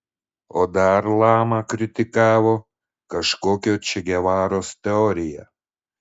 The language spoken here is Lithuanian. o dar lama kritikavo kažkokio če gevaros teoriją